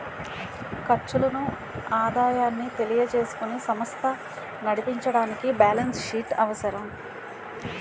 ఖర్చులను ఆదాయాన్ని తెలియజేసుకుని సమస్త నడిపించడానికి బ్యాలెన్స్ షీట్ అవసరం